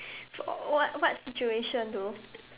what what situation though